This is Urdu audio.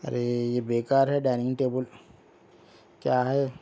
ارے یہ بےکار ہے ڈیئننگ ٹیبل کیا ہے